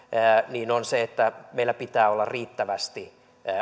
on se että meillä pitää olla riittävästi